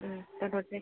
दोनथ'नोसै